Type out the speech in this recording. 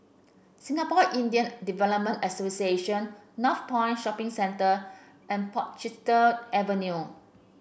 Singapore Indian Development Association Northpoint Shopping Centre and Portchester Avenue